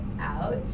out